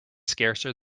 scarcer